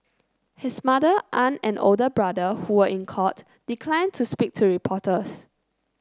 his mother aunt and older brother who were in court declined to speak to reporters